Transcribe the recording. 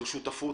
זו שותפות.